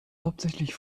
hauptsächlich